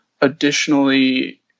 additionally